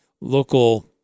local